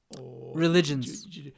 Religions